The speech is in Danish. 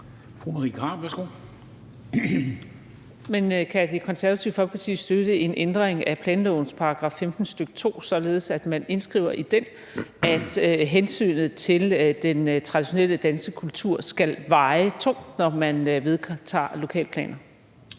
kan Det Konservative Folkeparti støtte en ændring af planlovens § 15, stk. 2, således at man indskriver i den, at hensynet til den traditionelle danske kultur skal veje tungt, når man vedtager lokalplaner?